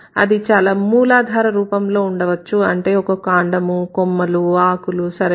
అది చాలా మూలాధార రూపంలో ఉండవచ్చు అంటే ఒక కాండము కొమ్మలు ఆకులుసరేనా